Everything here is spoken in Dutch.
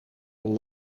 een